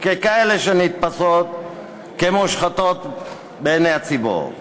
ככאלה שנתפסות כמושחתות בעיני הציבור.